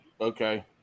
okay